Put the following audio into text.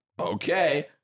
okay